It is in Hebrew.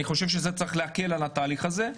אני חושב שזה צריך להקל על התהליך הזה.